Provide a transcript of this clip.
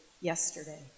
yesterday